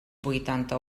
vuitanta